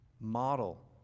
model